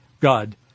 God